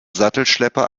sattelschlepper